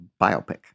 biopic